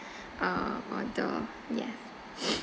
uh order yes